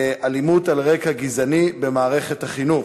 הצעות לסדר-היום בנושא: אלימות על רקע גזעני במערכת החינוך,